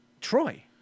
Troy